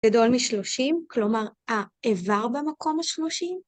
גדול משלושים, כלומר האיבר במקום השלושים.